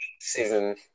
season